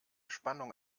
spannung